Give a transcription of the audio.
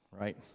right